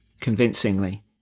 convincingly